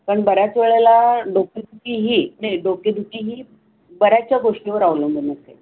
कारण बऱ्याच वेळेला डोकेदुखी ही नाही डोकेदुखी ही बऱ्याचशा गोष्टीवर अवलंबून असते